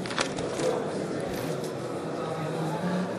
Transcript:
להלן תוצאות ההצבעה על הצעת חוק למניעת העישון במקומות